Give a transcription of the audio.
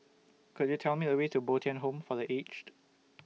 Could YOU Tell Me The Way to Bo Tien Home For The Aged